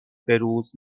بهروز